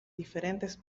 diferentes